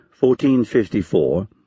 1454